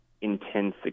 intense